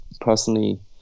personally